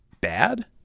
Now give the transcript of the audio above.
bad